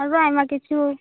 ᱟᱨᱚᱸ ᱟᱭᱢᱟ ᱠᱤᱪᱷᱩ